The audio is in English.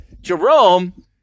Jerome